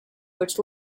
which